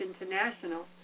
International